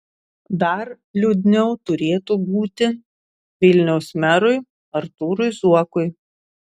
dar liūdniau turėtų būti vilniaus merui artūrui zuokui